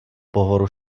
pohovoru